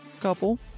couple